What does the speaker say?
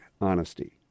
honesty